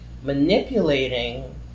manipulating